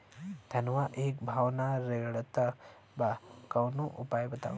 धनवा एक भाव ना रेड़त बा कवनो उपाय बतावा?